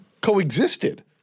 coexisted